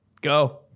Go